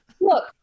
look